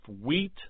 wheat